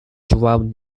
drum